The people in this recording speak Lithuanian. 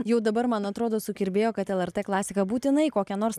jau dabar man atrodo sukirbėjo kad lrt klasika būtinai kokią nors